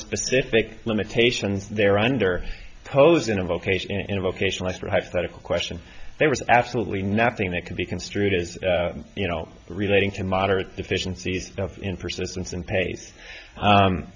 specific limitations they're under posed in a vocation in a vocational expert hypothetical question there was absolutely nothing that could be construed as you know relating to moderate deficiencies in persistence and pa